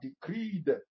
decreed